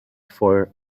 for